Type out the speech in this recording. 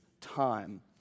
time